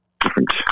different